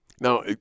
Now